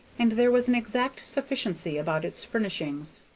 and there was an exact sufficiency about its furnishings.